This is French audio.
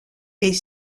est